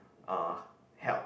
uh help